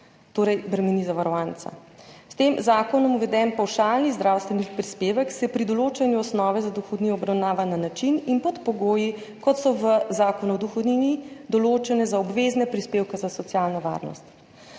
torej bremeni zavarovanca. S tem zakonom uveden pavšalni zdravstveni prispevek se pri določanju osnove za dohodnino obravnava na način in pod pogoji, kot so v zakonu o dohodnini določeni za obvezne prispevke za socialno varnost.